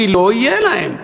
כי לא יהיה להם.